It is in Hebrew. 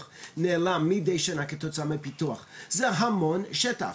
שנעלם מידי שנה כתוצאה מהפיתוח זה המון שטח,